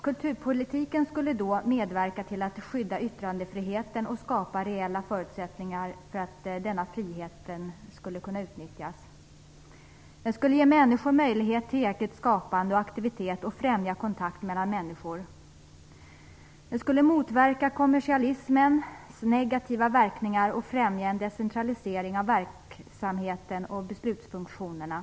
Kulturpolitiken skulle då medverka till att skydda yttrandefriheten och skapa reella förutsättningar för att denna frihet skulle kunna utnyttjas. Kulturpolitiken skulle ge människor en möjlighet till egen skapande aktivitet och främja kontakten mellan människor. Kulturpolitiken skulle motverka kommersialismens negativa verkningar och främja en decentralisering av verksamheten och beslutsfunktionerna.